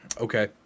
Okay